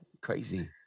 Crazy